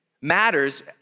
matters